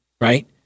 right